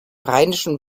rheinischen